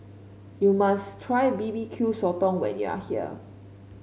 you must try B B Q Sotong when you are here